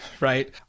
right